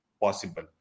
possible